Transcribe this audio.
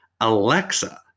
Alexa